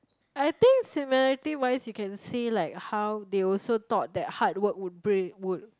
I think similarity wise you can say like how they also thought that hard work would bring would